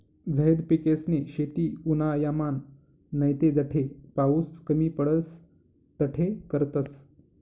झैद पिकेसनी शेती उन्हायामान नैते जठे पाऊस कमी पडस तठे करतस